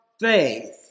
faith